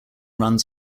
runs